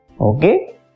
Okay